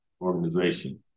organization